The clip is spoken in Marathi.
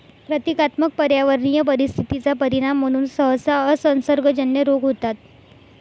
प्रतीकात्मक पर्यावरणीय परिस्थिती चा परिणाम म्हणून सहसा असंसर्गजन्य रोग होतात